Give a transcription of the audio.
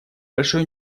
большой